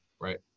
right